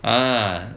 ah